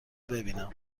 ببینم